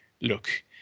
look